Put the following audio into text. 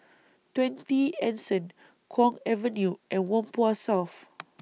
twenty Anson Kwong Avenue and Whampoa South